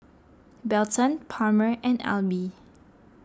Belton Palmer and Alby